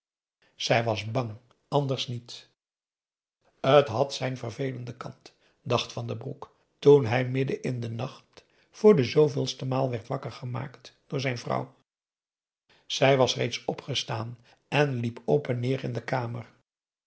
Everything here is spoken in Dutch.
zij was bang anders niet t had zijn vervelenden kant dacht van den broek toen hij midden in den nacht voor de zveelste maal werd wakker gemaakt door zijn vrouw zij was reeds opgestaan en liep op en neêr in de kamer